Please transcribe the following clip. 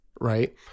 Right